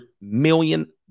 million